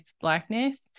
blackness